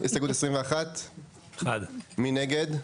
1 נגד,